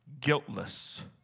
guiltless